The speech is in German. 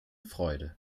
freude